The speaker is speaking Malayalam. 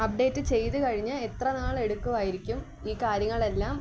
അപ്ഡേറ്റ് ചെയ്തു കഴിഞ്ഞ് എത്ര നാൾ എടുക്കുമായിരിക്കും ഈ കാര്യങ്ങളെല്ലാം